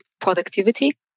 productivity